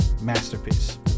masterpiece